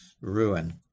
ruin